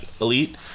elite